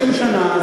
30 שנה,